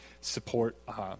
support